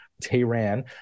Tehran